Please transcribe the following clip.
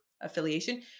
affiliation